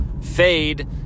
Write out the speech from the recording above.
fade